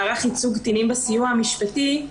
מערך ייצוג קטינים בסיוע המשפטי,